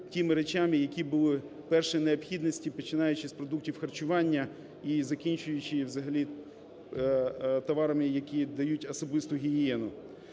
тими речами, які були першої необхідності, починаючи з продуктів харчування і закінчуючи, взагалі, товарами, які дають особисту гігієну.